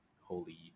holy